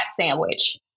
sandwich